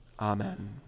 Amen